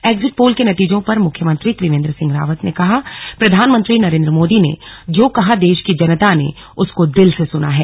exit poll के नतीजों पर मुख्यमंत्री त्रिवेंद्र सिंह रावत ने कहा प्रधानमंत्री नरेंद्र मोदी ने जो कहा देश की जनता ने उसको दिल से सुना है